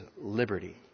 liberty